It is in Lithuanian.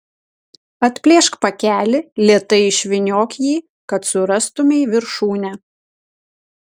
atplėšk pakelį lėtai išvyniok jį kad surastumei viršūnę